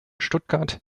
stuttgart